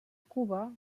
cuba